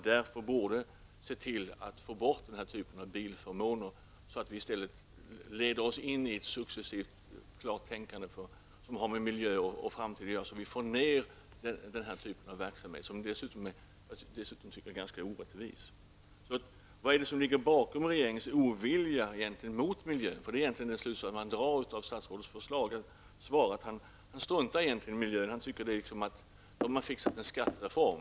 Därför borde man se till att vi får bort sådana här bilförmåner och successivt leder oss in i ett sunt tänkande när det gäller miljö och framtid, så att vi får ner den här typen av verksamhet, som jag dessutom tycker är ganska orättvis. Vad är det som ligger bakom regeringens ovilja egentligen mot miljö? Den slutsats som man drar av statsrådets svar är att regeringen struntar i miljön -- regeringen har ju fixat en skatterefom.